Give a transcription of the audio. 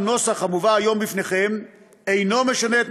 הנוסח המובא היום בפניכם אינו משנה את